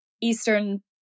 Eastern